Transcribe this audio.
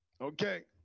Okay